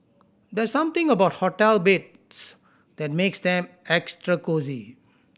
there's something about hotel beds that makes them extra cosy